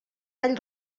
tall